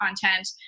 content